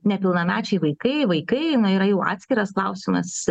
nepilnamečiai vaikai vaikai yra jau atskiras klausimas